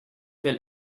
will